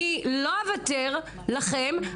אני לא אוותר לכם.